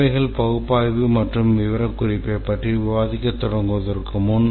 தேவைகள் பகுப்பாய்வு மற்றும் விவரக்குறிப்பைப் பற்றி விவாதிக்கத் தொடங்குவதற்கு முன்